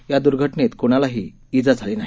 या दुर्घटनेत कोणालाही इजा झाली नाही